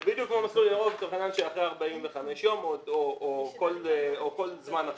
זה בדיוק כמו מסלול ירוק אחרי 45 ימים או כל זמן אחר.